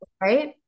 Right